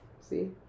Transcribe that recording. see